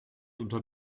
unter